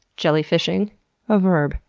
jellyfishing a verb.